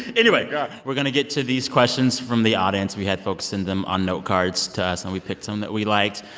anyway god we're going to get to these questions from the audience. we had folks send them on note cards to us. and we picked some that we liked.